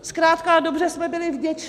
Zkrátka a dobře jsme byli vděčni.